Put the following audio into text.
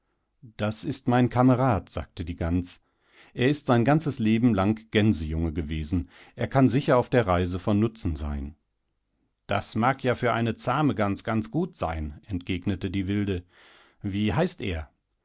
das ist mein kamerad sagte die gans er ist sein ganzes leben lang gänsejunge gewesen er kann sicher auf der reise von nutzen sein das mag ja für eine zahme gans ganz gut sein entgegnete die wilde wie heißt er